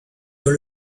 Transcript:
dans